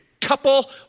Couple